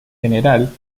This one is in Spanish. general